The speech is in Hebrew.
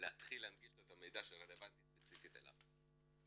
להתחיל להנגיש לו את המידע הרלוונטי ספציפית אליו.